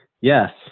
yes